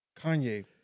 Kanye